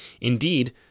Indeed